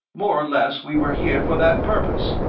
more or less we were here for that purpose.